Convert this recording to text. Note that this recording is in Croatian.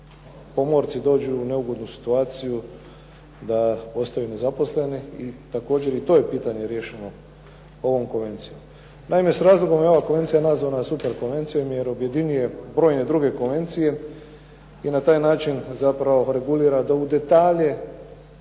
pomorci dođu u neugodnu situaciju da ostaju nezaposleni i također i to je pitanje riješeno ovom konvencijom. Naime, s razlogom je ova konvencija nazvana super konvencijom jer objedinjuje brojne druge konvencije i na taj način zapravo regulira do u detalje